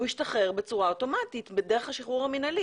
והוא ישתחרר בצורה אוטומטית דרך השחרור המינהלי,